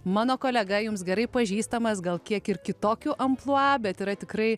mano kolega jums gerai pažįstamas gal kiek ir kitokiu amplua bet yra tikrai